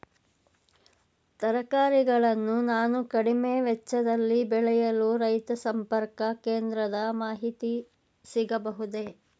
ತರಕಾರಿಗಳನ್ನು ನಾನು ಕಡಿಮೆ ವೆಚ್ಚದಲ್ಲಿ ಬೆಳೆಯಲು ರೈತ ಸಂಪರ್ಕ ಕೇಂದ್ರದ ಮಾಹಿತಿ ಸಿಗಬಹುದೇ?